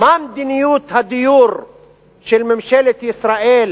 מה מדיניות הדיור של ממשלת ישראל